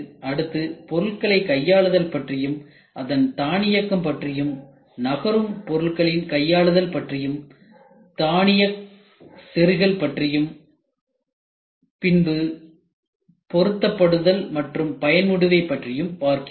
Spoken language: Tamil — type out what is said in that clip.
அடுத்து பொருட்களை கையாளுதல் பற்றியும் அதன் தானியக்கம் பற்றியும் நகரும் பொருளின் கையாளுதல் பற்றியும் தானியக் செருகல் பற்றியும் பின்பு பொருத்த படுதல் மற்றும் பயன் முடிவைப் பற்றியும் பார்க்கிறோம்